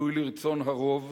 ביטוי לרצון הרוב,